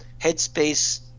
headspace